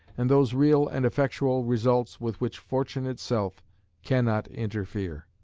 and those real and effectual results with which fortune itself cannot interfere.